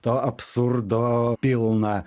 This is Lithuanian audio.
to absurdo pilna